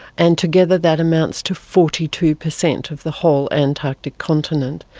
and together that amounts to forty two percent of the whole antarctic continent.